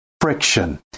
friction